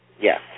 Yes